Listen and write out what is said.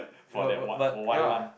but but but ya